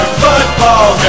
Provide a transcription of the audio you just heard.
football